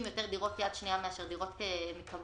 יותר דירות יד שנייה מאשר מדירות מקבלן,